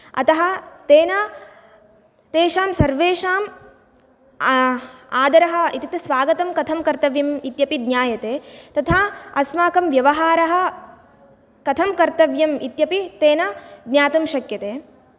अतः तेन तेषां सर्वेषाम् आदरः इत्युक्ते स्वागतं कथं कर्तव्यम् इत्यपि ज्ञायते तथा अस्माकं व्यवहारः कथं कर्तव्यम् इत्यपि तेन ज्ञातुं शक्यते